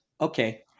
Okay